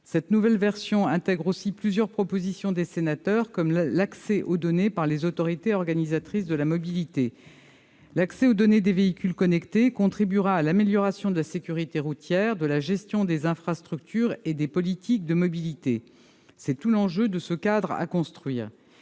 ailleurs, elle intègre plusieurs propositions du Sénat, comme l'accès aux données par les autorités organisatrices de la mobilité. L'accès aux données des véhicules connectés contribuera à l'amélioration de la sécurité routière, de la gestion des infrastructures et des politiques de mobilité. C'est tout l'enjeu de ce cadre à construire.